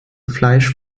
fleisch